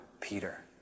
Peter